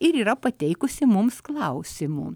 ir yra pateikusi mums klausimų